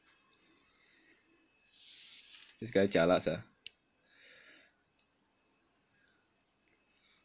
this guy jialat sia